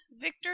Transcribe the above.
victor